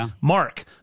Mark